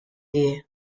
die